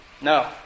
No